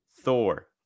Thor